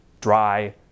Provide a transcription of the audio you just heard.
Dry